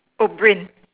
oat brain